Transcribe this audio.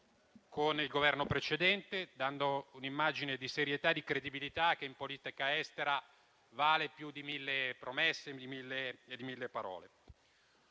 con il Governo precedente, dando un'immagine di serietà e di credibilità che in politica estera vale più di mille promesse e di mille parole.